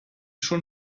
schon